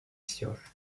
istiyor